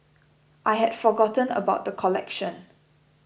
I had forgotten about the collection